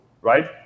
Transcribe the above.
right